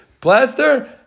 plaster